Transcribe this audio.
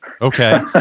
Okay